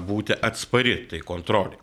būti atspari tai kontrolei